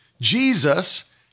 Jesus